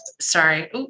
sorry